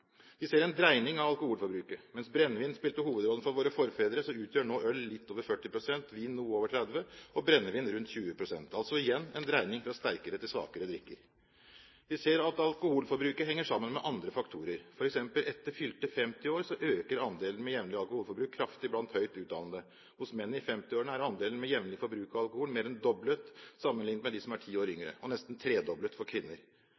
Vi ser en dreining av alkoholforbruket. Mens brennevin spilte hovedrollen for våre forfedre, utgjør nå øl litt over 40 pst., vin noe over 30 pst. og brennevin rundt 20 pst. – altså igjen en dreining fra sterkere til svakere drikker. Vi ser at alkoholforbruket henger sammen med andre faktorer, f.eks. etter fylte 50 år øker andelen med jevnlig alkoholforbruk kraftig blant høyt utdannede. Hos menn i 50-årene er andelen med jevnlig forbruk av alkohol mer enn doblet sammenlignet med dem som er ti år yngre, og nesten tredoblet for kvinner.